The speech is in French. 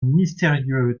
mystérieux